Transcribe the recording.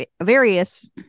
various